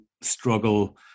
struggle